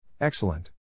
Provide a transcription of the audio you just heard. Excellent